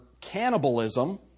cannibalism